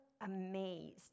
amazed